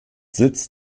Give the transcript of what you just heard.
sitz